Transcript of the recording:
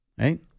right